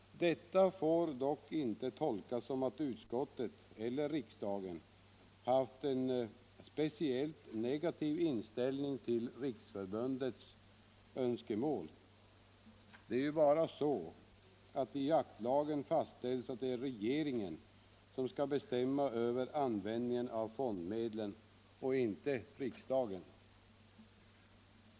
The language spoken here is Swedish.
Detta får dock inte tolkas som att utskottet eller riksdagen haft en speciellt negativ inställning till riksförbundets önskemål. Det är bara så att det i jaktlagen fastställs att det är regeringen som skall bestämma över användningen av fondmedlen, inte riksdagen.